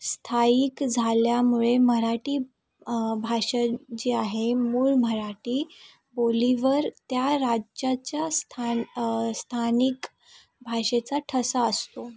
स्थायिक झाल्यामुळे मराठी भाषा जी आहे मूळ मराठी बोलीवर त्या राज्याच्या स्थान स्थानिक भाषेचा ठसा असतो